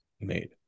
made